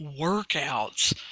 workouts